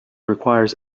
requires